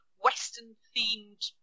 Western-themed